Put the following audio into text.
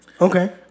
Okay